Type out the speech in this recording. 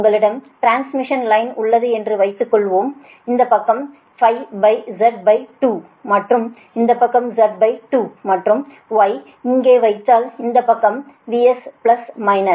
உங்களிடம் transmission line உள்ளது என்று வைத்துக்கொள்வோம் இந்த பக்கம் Z2 மற்றும் இந்த பக்கம் Z2 மற்றும் Y ஐ இங்கே வைத்தால் இந்த பக்கம் உங்கள் VS பிளஸ் மைனஸ்